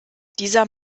dieser